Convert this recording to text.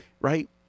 right